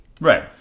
Right